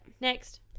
next